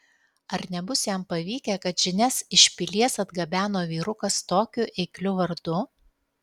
ar nebus jam pavykę kad žinias iš pilies atgabeno vyrukas tokiu eikliu vardu